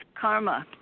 karma